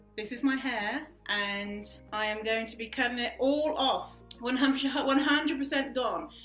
this is my hair, and i am going to be cutting it all off, one hundred you know but one hundred percent gone.